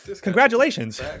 Congratulations